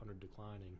declining